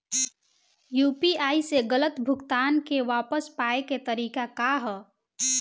UPI से गलत भुगतान के वापस पाये के तरीका का ह?